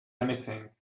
anything